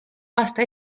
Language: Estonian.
aasta